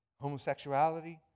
Homosexuality